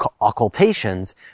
occultations